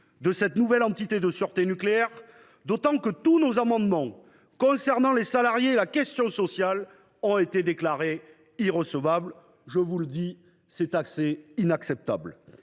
de cette nouvelle entité de sûreté nucléaire, d’autant que tous nos amendements ayant pour objet les salariés et la question sociale ont été déclarés irrecevables, ce qui est inacceptable.